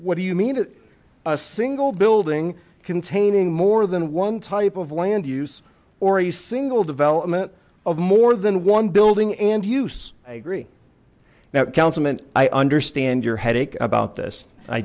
what do you mean a single building containing more than one type of land use or a single development of more than one building and use i agree now councilman i understand your headache about this i